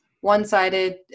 one-sided